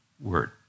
word